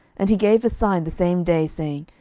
and he gave a sign the same day, saying,